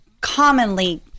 commonly